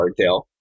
hardtail